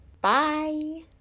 Bye